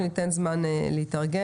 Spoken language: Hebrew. שניתן זמן להתארגן,